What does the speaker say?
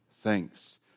thanks